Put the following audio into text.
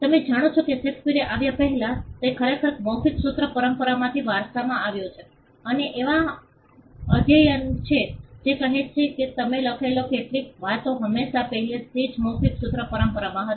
તમે જાણો છો કે શેક્સપિયર આવ્યા પહેલા તે ખરેખર મૌખિક સૂત્ર પરંપરામાંથી વારસામાં આવ્યો છે અને એવા અધ્યયનો છે જે કહે છે કે તેમણે લખેલી કેટલીક વાતો પહેલાથી જ મૌખિક સૂત્ર પરંપરામાં હતી